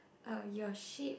oh you're sheep